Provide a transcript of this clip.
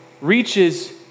reaches